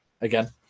Again